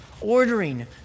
ordering